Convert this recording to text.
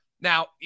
Now